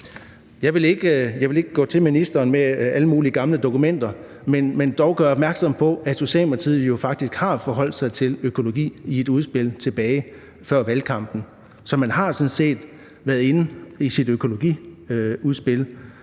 Jeg vil ikke gå til ministeren med alle mulige gamle dokumenter, men dog gøre opmærksom på, at Socialdemokratiet jo faktisk har forholdt sig til økologi i et udspil tilbage fra før valgkampen, så man har sådan set været inde i sit økologiudspil